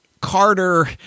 carter